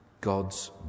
God's